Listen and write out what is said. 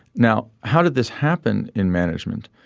now how did this happen in management.